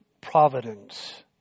providence